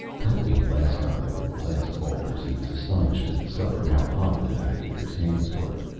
helping alaskon over the last boulders, he was astonished to discover how hot the navigator's hands were.